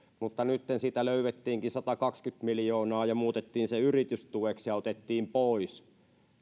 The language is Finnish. mutta nytten siitä löydettiinkin satakaksikymmentä miljoonaa ja muutettiin se yritystueksi ja otettiin pois